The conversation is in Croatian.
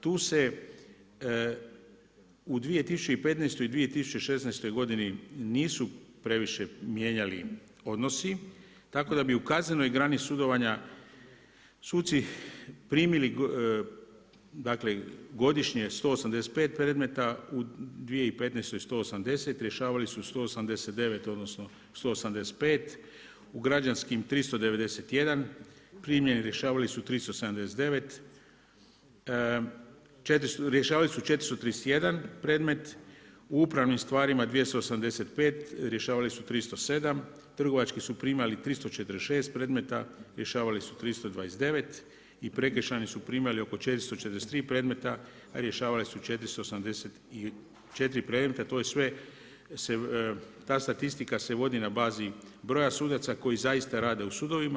Tu se u 2015. i 2016. g. nisu previše mijenjali odnosi, tako da bi u kaznenoj grani sudovanja, suci primili dakle, godišnje 185 predmeta, u 2015. 180 rješavali su 189, odnosno 185, u građanskim 391 primljeni, rješavali su 379, rješavali su 431 predmet, u upravnim stvarima 285, rješavali su 307, trgovački su primali 346 predmeta, rješavali su 329 i prekršajni su primali oko 443 predmeta a rješavali su 484 predmeta, to je sve, ta statistika se vodi na bazi broja sudaca koji zaista rade na sudovima.